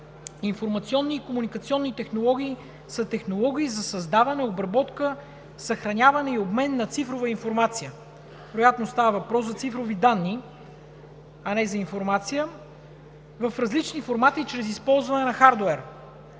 „Информационни и комуникационни технологии“ са технологии за създаване, обработка, съхраняване и обмен на цифрова информация – вероятно става въпрос за цифрови данни, а не за информация – в различни формати чрез използване на хардуер“.